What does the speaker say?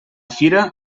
fira